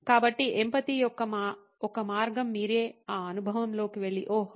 కాబట్టి ఎంపతి యొక్క ఒక మార్గం మీరే ఆ అనుభవంలోకి వెళ్లి ఓహ్